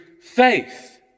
faith